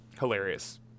Hilarious